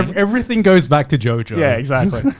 everything goes back to jojo. yeah, exactly.